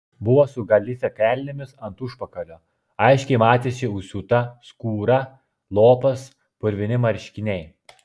buvo su galifė kelnėmis ant užpakalio aiškiai matėsi užsiūta skūra lopas purvini marškiniai